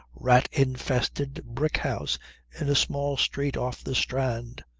rat-infested brick house in a small street off the strand.